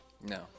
No